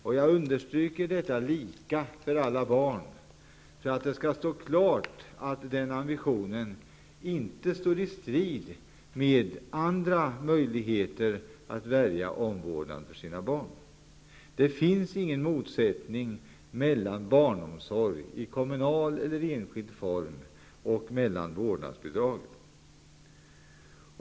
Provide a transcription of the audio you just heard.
Jag vill understryka att det skall vara lika för alla barn, för att det skall stå klart att den ambitionen inte står i strid med andra möjligheter att välja omvårdnad för sina barn. Det finns ingen motsättning mellan barnomsorg i kommunal eller enskild regi och vårdnadsbidrag.